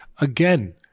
Again